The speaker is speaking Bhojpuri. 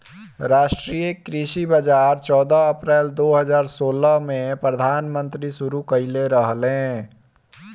राष्ट्रीय कृषि बाजार चौदह अप्रैल दो हज़ार सोलह में प्रधानमंत्री शुरू कईले रहले